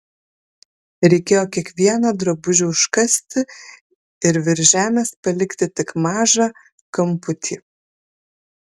reikėjo kiekvieną drabužį užkasti ir virš žemės palikti tik mažą kamputį